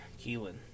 Keelan